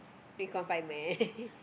we confinement